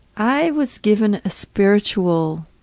i was given a spiritual